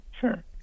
Sure